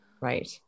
Right